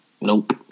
Nope